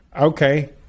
Okay